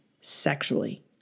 sexually